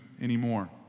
anymore